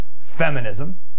feminism